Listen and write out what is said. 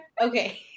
Okay